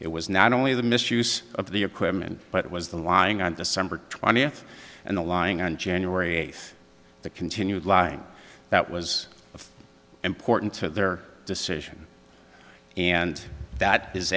it was not only the misuse of the equipment but it was the lying on december twentieth and the lying on january eighth the continued line that was important to their decision and that is